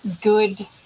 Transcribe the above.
good